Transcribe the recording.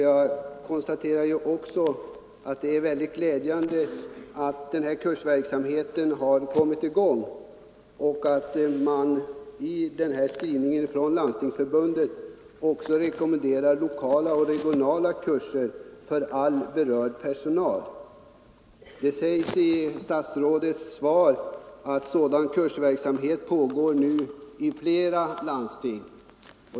Jag konstaterar också att det är mycket glädjande att denna kursverksamhet kommit i gång och att män i skrivningen från Landstingsförbundet också rekommenderar lokala och regionala kurser för all berörd personal. Det framgår av statsrådets svar att sådan kursverksamhet nu pågår i flera landsting.